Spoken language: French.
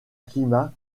climat